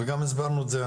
גם הסברנו את זה,